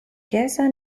chiesa